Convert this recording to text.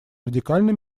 радикально